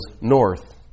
north